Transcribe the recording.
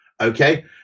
Okay